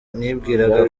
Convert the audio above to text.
nibwiraga